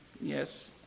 Yes